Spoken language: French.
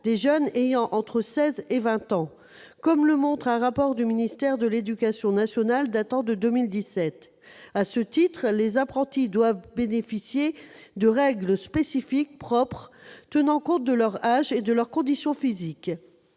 des jeunes ayant entre 16 et 20 ans, comme le souligne un rapport du ministère de l'éducation nationale de 2017. À ce titre, les apprentis doivent bénéficier de règles spécifiques tenant compte de leur âge et de leur condition physique.